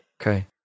Okay